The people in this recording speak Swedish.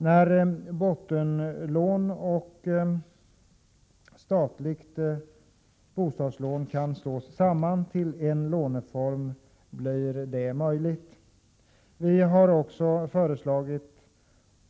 När bottenlån och statligt bostadslån kan slås samman till en låneform blir detta möjligt. Vi har också föreslagit